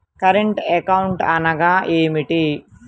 Current account అనగా ఏమిటి?